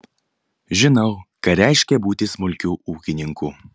žinau ką reiškia būti smulkiu ūkininku